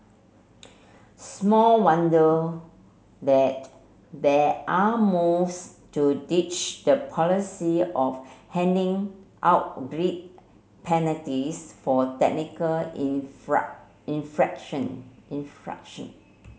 small wonder that there are moves to ditch the policy of handing out grid penalties for technical infraction infraction